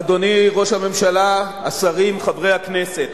אדוני ראש הממשלה, השרים, חברי הכנסת,